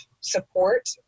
support